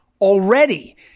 already